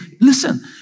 listen